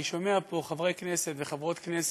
אני שומע פה חברי כנסת וחברות כנסת,